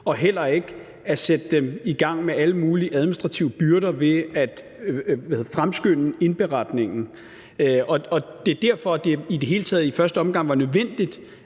og heller ikke sætter dem i gang med alle mulige administrative byrder ved at fremskynde indberetningen. Det er derfor, at det i det hele taget i første omgang var nødvendigt